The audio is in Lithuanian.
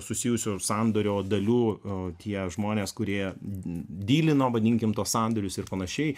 susijusių sandorio dalių tie žmonės kurie dylino vadinkime tuos sandorius ir panašiai